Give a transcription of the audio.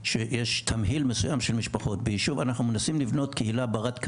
עכשיו, יש מדד קהילתיות,